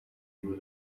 ibi